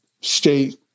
state